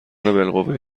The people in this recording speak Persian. بالقوه